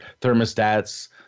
thermostats